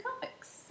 comics